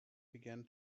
began